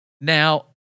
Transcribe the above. Now